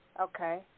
Okay